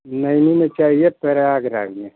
नैनी में चाहिए प्रयागराज में